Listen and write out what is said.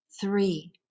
Three